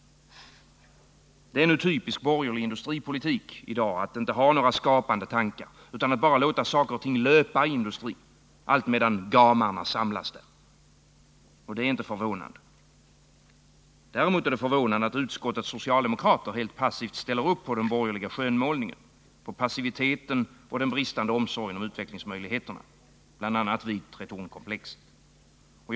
Det är i dag typiskt borgerlig industripolitik att inte ha några skapande tankar utan att bara låta saker och ting löpa i industrin, alltmedan gamarna samlas. Det är inte förvånande. Men däremot är det förvånande att utskottets socialdemokrater helt passivt ställer upp på den borgerliga skönmålningen, passiviteten och den bristande omsorgen om utvecklingsmöjligheterna, bl.a. inom Tretornkomplexet.